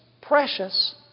precious